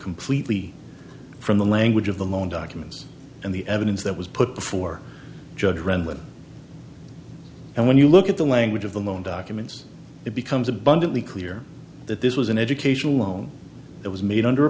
completely from the language of the loan documents and the evidence that was put before judge run when and when you look at the language of them own documents it becomes abundantly clear that this was an educational loan that was made under a